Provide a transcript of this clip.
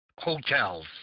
hotels